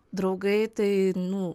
draugai tai nu